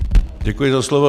Děkuji za slovo.